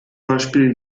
beispiel